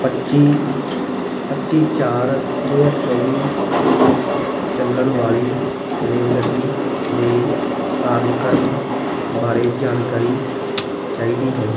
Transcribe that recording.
ਪੱਚੀ ਪੱਚੀ ਚਾਰ ਦੋ ਹਜ਼ਾਰ ਚੌਵੀ ਨੂੰ ਚੱਲਣ ਵਾਲੀ ਰੇਲਗੱਡੀ ਦੇ ਕਾਰਜਕ੍ਰਮ ਬਾਰੇ ਜਾਣਕਾਰੀ ਚਾਹੀਦੀ ਹੈ